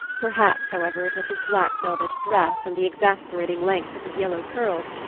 perhaps, however, it was his black velvet dress and the exasperating length of his yellow curls,